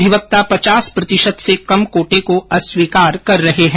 अधिवक्ता पचास प्रतिशत से कम कोटे को अस्वीकार कर रहे हैं